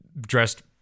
dressed